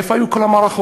איפה היו כל המערכות.